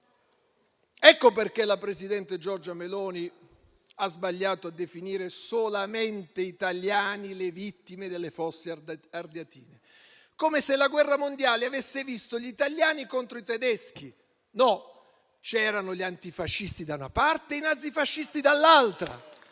Ecco perché la presidente Giorgia Meloni ha sbagliato a definire solamente «italiani» le vittime delle Fosse ardeatine, come se la guerra mondiale avesse visto gli italiani contro i tedeschi. No, c'erano gli antifascisti da una parte e i nazifascisti dall'altra